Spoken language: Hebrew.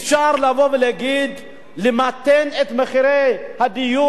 אפשר לבוא ולהגיד שיש למתן את מחיר הדיור,